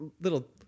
Little